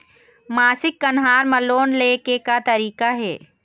मासिक कन्हार म लोन ले के का तरीका हे?